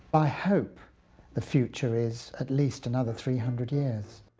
i hope the future is at least another three hundred years.